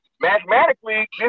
mathematically